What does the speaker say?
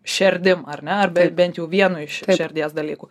šerdim ar ne ar be bent jau vienu iš š šerdies dalykų